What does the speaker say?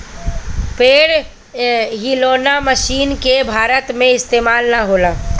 पेड़ हिलौना मशीन के भारत में इस्तेमाल ना होला